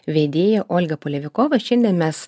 vedėja olga polevikova šiandien mes